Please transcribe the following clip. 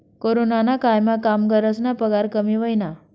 कोरोनाना कायमा कामगरस्ना पगार कमी व्हयना